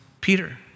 Peter